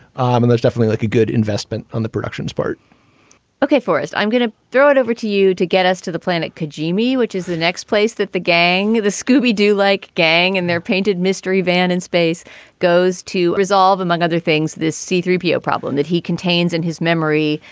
um and there's definitely like a good investment on the productions part okay, forrest, i'm going to throw it over to you to get us to the planet k g b, which is the next place that the gang, the scooby doo like gang and they're painted mistery van in-space goes to resolve, among other things, this c three p o problem that he contains in his memory,